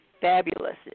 fabulous